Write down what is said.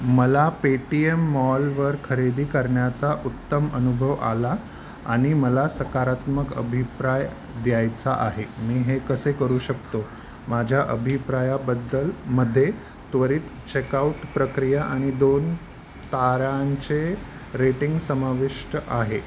मला पेटीएम मॉलवर खरेदी करण्याचा उत्तम अनुभव आला आ आणि मला सकारात्मक अभिप्राय द्यायचा आहे मी हे कसे करू शकतो माझ्या अभिप्रायाबद्दलमध्ये त्वरित चेकआऊट प्रक्रिया आणि दोन ताऱ्यांचे रेटिंग समाविष्ट आहे